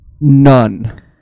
None